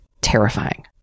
terrifying